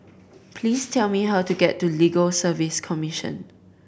please tell me how to get to Legal Service Commission